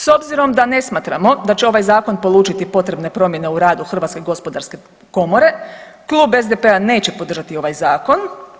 S obzirom da ne smatramo da će ovaj zakon polučiti potrebne promjene u radu HGK Klub SDP-a neće podržati ovaj zakon.